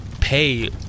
pay